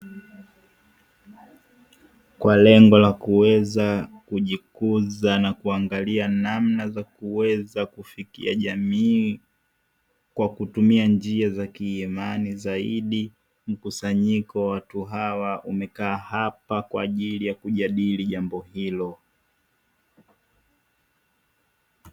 Kwa lengo la kuweza kujifunza na kuangalia namna za kuweza kufikia jamii kwa kutumia njia za kiimani zaidi, mkusanyiko wa watu hawa wamekaa kwa ajili ya kujadili jambo hilo.